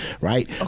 right